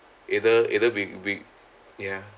either either we we ya